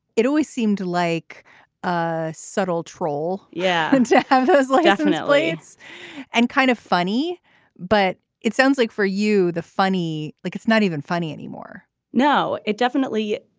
it always seemed like a subtle troll yeah and yeah like definitely it's and kind of funny but it sounds like for you the funny like it's not even funny anymore no it definitely.